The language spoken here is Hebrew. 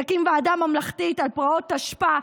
נקים ועדה ממלכתית על פרעות תשפ"א,